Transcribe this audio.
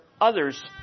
others